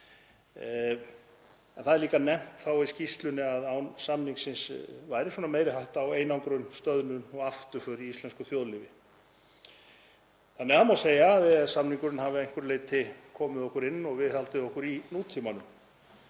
Það er líka nefnt í skýrslunni að án samningsins væri meiri hætta á einangrun, stöðnun og afturför í íslensku þjóðlífi. Því má segja að EES-samningurinn hafi að einhverju leyti komið okkur inn í og viðhaldið okkur í nútímanum.